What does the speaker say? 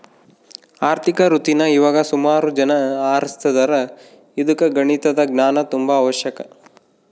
ಆರ್ಥಿಕ ವೃತ್ತೀನಾ ಇವಾಗ ಸುಮಾರು ಜನ ಆರಿಸ್ತದಾರ ಇದುಕ್ಕ ಗಣಿತದ ಜ್ಞಾನ ತುಂಬಾ ಅವಶ್ಯಕ